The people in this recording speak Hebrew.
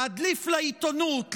להדליף לעיתונות,